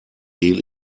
gel